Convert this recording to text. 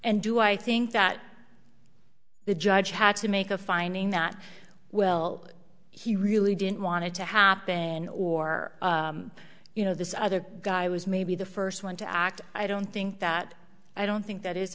and do i think that the judge had to make a finding that well he really didn't want it to happen or you know this other guy was maybe the first one to act i don't think that i don't think that is